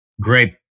great